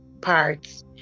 parts